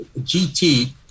GT